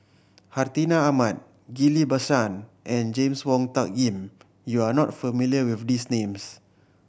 Hartinah Ahmad Ghillie Basan and James Wong Tuck Yim you are not familiar with these names